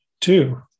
two